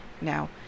now